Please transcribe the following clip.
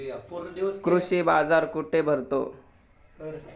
कृषी बाजार कुठे भरतो?